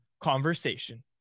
Conversation